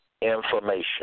information